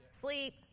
sleep